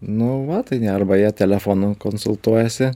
nu va tai arba jie telefonu konsultuojasi